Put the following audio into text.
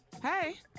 Hey